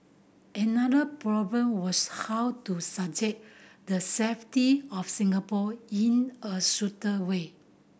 another problem was how to suggest the safety of Singapore in a suitor way